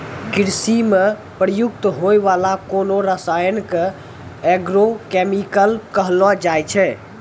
कृषि म प्रयुक्त होय वाला कोनो रसायन क एग्रो केमिकल कहलो जाय छै